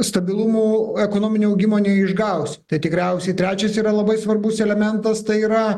stabilumu ekonominio augimo neišgausi tai tikriausiai trečias yra labai svarbus elementas tai yra